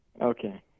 Okay